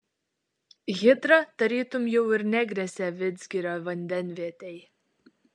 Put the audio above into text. hidra tarytum jau ir negresia vidzgirio vandenvietei